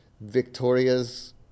Victoria's